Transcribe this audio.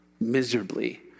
miserably